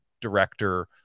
director